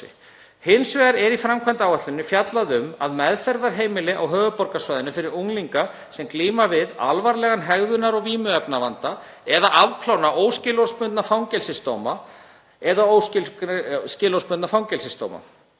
Hins vegar er í framkvæmdaáætluninni fjallað um meðferðarheimili á höfuðborgarsvæðinu fyrir unglinga sem glíma við alvarlegan hegðunar- og/eða vímuefnavanda, eða afplána óskilorðsbundna fangelsisdóma.